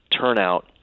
turnout